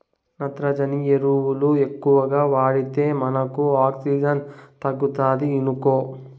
నత్రజని ఎరువులు ఎక్కువగా వాడితే మనకు ఆక్సిజన్ తగ్గుతాది ఇనుకో